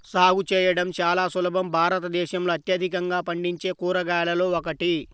సాగు చేయడం చాలా సులభం భారతదేశంలో అత్యధికంగా పండించే కూరగాయలలో ఒకటి